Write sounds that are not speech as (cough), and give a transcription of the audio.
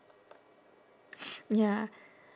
(noise) ya